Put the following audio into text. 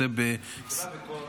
תקרא בקול רם.